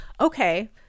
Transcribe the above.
okay